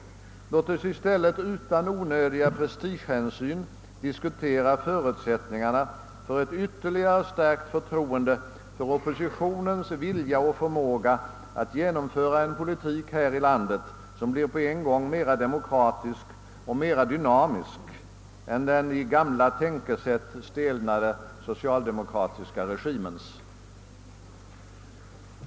Låt oss i stället utan onödiga prestigehänsyn diskutera förutsättningarna för ett ytterligare stärkt förtroende för oppositionens vilja och förmåga att genomföra en politik här i landet, som blir på en gång mera demokratisk och mera dynamisk än den i gamla tänkesätt stelnade socialdemokratiska regimens.